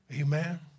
Amen